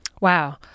wow